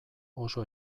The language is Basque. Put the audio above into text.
oso